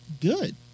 good